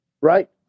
Right